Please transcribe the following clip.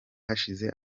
hashize